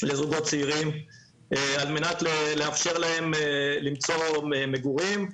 לזוגות צעירים על מנת לאפשר להם למצוא מגורים.